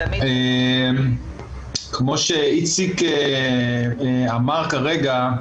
כמו שאיציק אמר כרגע,